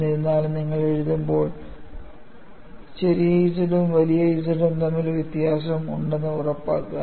എന്നിരുന്നാലും നിങ്ങൾ എഴുതുമ്പോൾ z ഉം Z ഉം തമ്മിൽ ഒരു വ്യത്യാസം ഉണ്ടെന്ന് ഉറപ്പാക്കുക